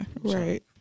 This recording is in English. right